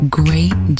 great